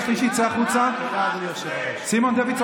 קריאה ראשונה.